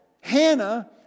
Hannah